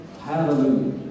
Hallelujah